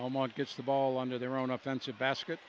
almost gets the ball under their own offensive basket